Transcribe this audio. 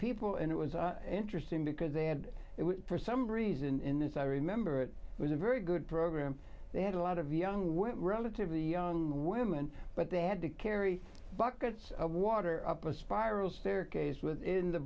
people and it was interesting because they had it for some reason in this i remember it was a very good program they had a lot of young went relatively young women but they had to carry buckets of water up a spiral staircase within the